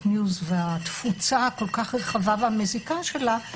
ניוז" והתפוצה הכל-כך רחבה והמזיקה שלה,